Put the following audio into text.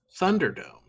Thunderdome